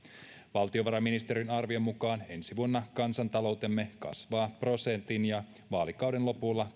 valtiovarainministeriön arvion mukaan ensi vuonna kansantaloutemme kasvaa prosentin ja vaalikauden lopulla